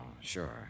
sure